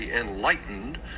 enlightened